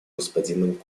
господином